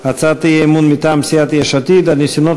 הצעת אי-אמון מטעם סיעת יש עתיד על הניסיונות